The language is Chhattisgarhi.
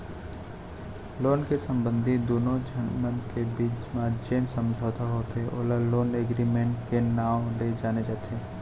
लोन ले संबंधित दुनो झन मन के बीच म जेन समझौता होथे ओला लोन एगरिमेंट के नांव ले जाने जाथे